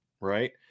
right